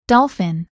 Dolphin